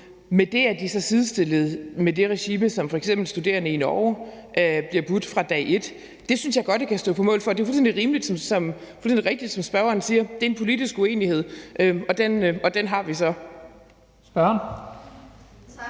Med det er de så sidestillet med det regime, som f.eks. studerende i Norge bliver budt fra dag et. Det synes jeg godt at jeg kan stå på mål for. Det er fuldstændig rigtigt, som spørgeren siger, at det er en politisk uenighed. Og den har vi så. Kl.